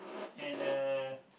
and uh